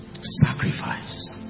sacrifice